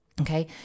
Okay